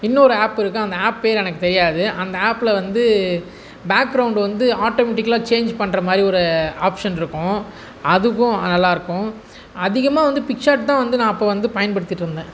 இன்னொரு ஆப் இருக்குது அந்த ஆப் பேர் எனக்கு தெரியாது அந்த ஆப்பில் வந்து பேக் க்ரௌண்டு வந்து ஆட்டோமெட்டிக்கலாக சேஞ்ச் பண்ணுற மாதிரி ஒரு ஆப்ஷன் இருக்கும் அதுக்கும் நல்லாயிருக்கும் அதிகமாக வந்து பிக் ஷாட் வந்து நான் அப்போது வந்து பயன்படுத்திட்டிருந்தேன்